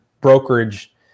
brokerage